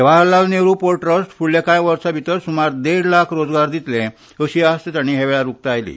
जवहरलाल Nehru port trust फुडल्या कांय वर्सा भितर सुमार देड लाख रोजगार दितले अशी आस्त ताणी उक्तायली